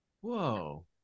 Whoa